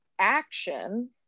action